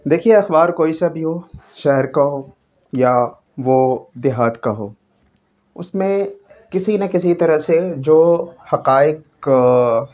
دیکھیے اخبار کوئی سا بھی ہو شہر کا ہو یا وہ دیہات کا ہو اس میں کسی نہ کسی طرح سے جو حقائق